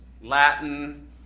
Latin